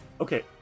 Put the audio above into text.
Okay